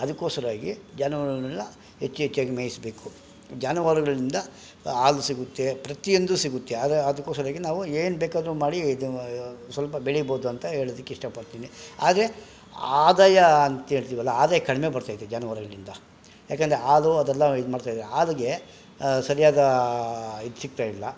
ಅದಕ್ಕೋಸ್ಕರವಾಗಿ ಜಾನುವಾರುಗಳನ್ನ ಹೆಚ್ಚು ಹೆಚ್ಚಾಗಿ ಮೇಯಿಸಬೇಕು ಜಾನುವಾರುಗಳಿಂದ ಹಾಲು ಸಿಗುತ್ತೆ ಪ್ರತಿಯೊಂದೂ ಸಿಗುತ್ತೆ ಅದು ಅದಕ್ಕೋಸ್ಕರವಾಗಿ ನಾವು ಏನು ಬೇಕಾದರೂ ಮಾಡಿ ಇದು ಸ್ವಲ್ಪ ಬೆಳೀಬೋದು ಅಂತ ಹೇಳೋದಿಕ್ ಇಷ್ಟ ಪಡ್ತೀನಿ ಹಾಗೆ ಆದಾಯ ಅಂತ ಹೇಳ್ತೀವಲ್ಲ ಆದಾಯ ಕಡಿಮೆ ಬರ್ತೈತೆ ಜಾನುವಾರುಗಳಿಂದ ಯಾಕಂದರೆ ಹಾಲು ಅದೆಲ್ಲ ಇದು ಮಾಡ್ತಾ ಇದ್ದಾರೆ ಹಾಲಿಗೆ ಸರಿಯಾದ ಇದು ಸಿಗ್ತಾಯಿಲ್ಲ